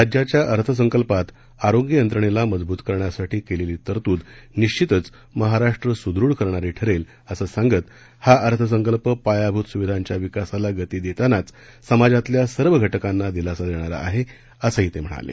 राज्याच्या अर्थसंकल्पात आरोग्य यंत्रणेला मजबूत करण्यासाठी केलेली तरतूद निश्वितच महाराष्ट्र सुदृढ करणारी ठरेल असं सांगत हा अर्थसंकल्प पायाभूत सुविधांच्या विकासाला गती देतांना समाजातील सर्व घटकांना दिलासा देणारा आहे असंही ते म्हणाले